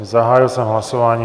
Zahájil jsem hlasování.